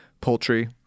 poultry